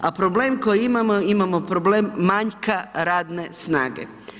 A problem koji imamo, imamo problem manjka radne snage.